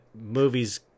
movies